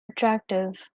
attractive